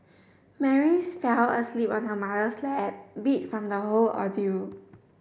Mary's fell asleep on her mother's lap beat from the whole ordeal